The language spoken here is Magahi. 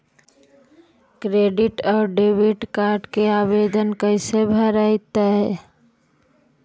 क्रेडिट और डेबिट कार्ड के आवेदन कैसे भरैतैय?